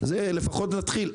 לפחות נתחיל.